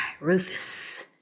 Rufus